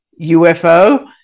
UFO